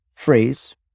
Phrase